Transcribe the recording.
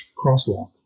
crosswalk